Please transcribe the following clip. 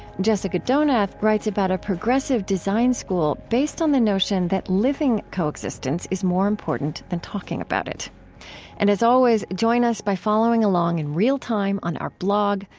jessica donath writes about a progressive design school based on the notion that living coexistence is more important than talking about it and as always, join us by following along in real time on our blog,